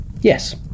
Yes